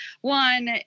One